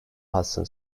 hudson